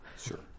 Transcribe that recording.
Sure